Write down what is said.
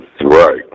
Right